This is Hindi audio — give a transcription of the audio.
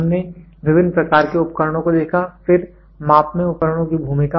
हमने विभिन्न प्रकार के उपकरणों को देखा फिर माप में उपकरणों की भूमिका